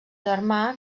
germà